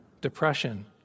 Depression